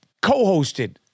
co-hosted